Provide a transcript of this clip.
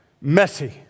messy